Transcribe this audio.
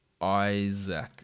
Isaac